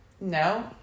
no